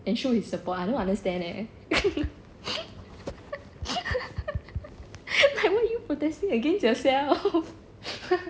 and show his support I don't understand eh like why are you protesting against yourself